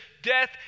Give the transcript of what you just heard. death